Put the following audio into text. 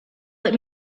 let